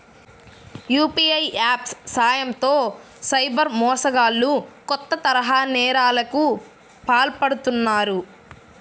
UPI apps సాయంతో cyber మోసగాళ్లు కొత్త తరహా నేరాలకు పాల్పడుతున్నారు